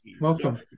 Welcome